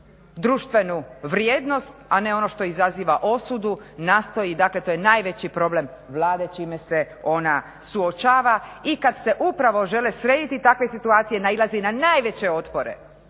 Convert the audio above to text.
društvenu vrijednost, a ne ono što izaziva osudu, nastoji dakle to je najveći problem Vlade čime se ona suočava. I kad se upravo žele srediti takve situacije nailazi na najveće otpore,